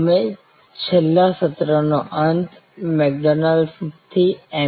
અમે છેલ્લા સત્રનો અંત મ્ક્દોનાલ્ડસ થી Mc